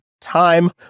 time